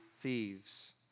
thieves